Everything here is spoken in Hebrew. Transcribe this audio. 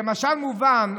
כמשל מובן,